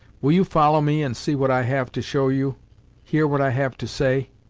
will you follow me and see what i have to show you hear what i have to say.